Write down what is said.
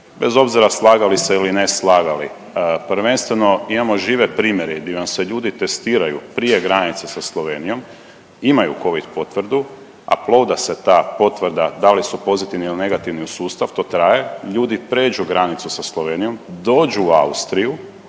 Bez obzira slagali se ili ne slagali, prvenstveno imamo žive primjere di vam se ljudi testiraju prije granice sa Slovenijom, imaju covid potvrdu, applauda se ta potvrda da li su pozitivni ili negativni u sustav, to traje, ljudi pređu granicu sa Slovenijom dođu u Austriju